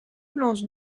lance